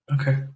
Okay